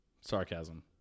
sarcasm